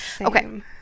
Okay